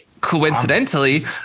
coincidentally